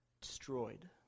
destroyed